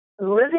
living